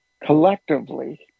collectively